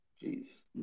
please